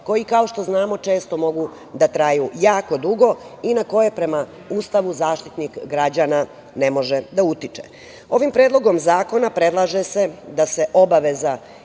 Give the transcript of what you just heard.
kao što znamo, da često mogu da traju jako dugo, i na koje prema Ustavu, Zaštitnik građana, ne može da utiče. Ovim predlogom zakona, predlaže se da se obaveza